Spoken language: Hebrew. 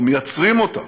אנחנו מייצרים אותן,